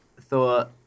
thought